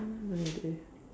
no idea